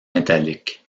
métallique